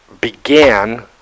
began